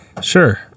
sure